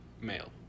male